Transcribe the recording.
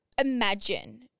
imagine